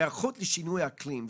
והיערכות לשינוי האקלים,